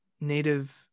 native